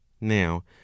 now